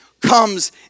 comes